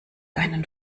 einen